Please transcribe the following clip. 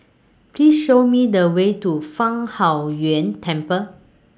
Please Show Me The Way to Fang Huo Yuan Temple